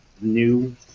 new